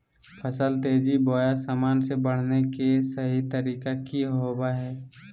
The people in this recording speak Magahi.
फसल तेजी बोया सामान्य से बढने के सहि तरीका कि होवय हैय?